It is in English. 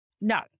No